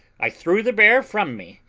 i threw the bear from me,